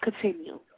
continue